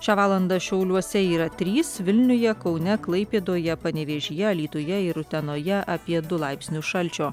šią valandą šiauliuose yra trys vilniuje kaune klaipėdoje panevėžyje alytuje ir utenoje apie du laipsnius šalčio